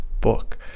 book